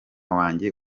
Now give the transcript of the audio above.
wanjye